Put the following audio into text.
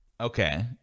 Okay